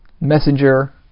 messenger